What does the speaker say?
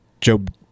Job